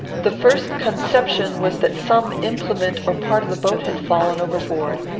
the first conception was that some implement or part of the boat had fallen over-board.